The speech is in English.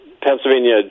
Pennsylvania